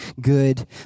good